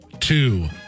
two